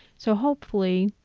so hopefully,